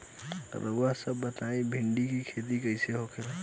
रउआ सभ बताई भिंडी क खेती कईसे होखेला?